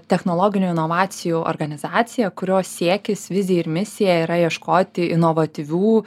technologinių inovacijų organizacija kurios siekis vizija ir misija yra ieškoti inovatyvių